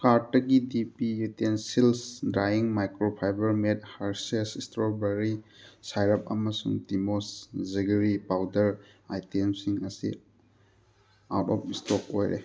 ꯀꯥꯔꯠꯇꯒꯤ ꯗꯤ ꯄꯤ utensils drying micro fiber made Hershey's strawberry syrup ꯑꯃꯁꯨꯡ ꯇꯤꯃꯣꯁ ꯖꯤꯒꯔꯤ ꯄꯥꯎꯗꯔ ꯑꯥꯏꯇꯦꯝꯁꯤꯡ ꯑꯁꯤ ꯑꯥꯎꯠ ꯑꯣꯐ ꯏꯁꯇꯣꯛ ꯑꯣꯏꯔꯦ